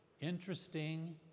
interesting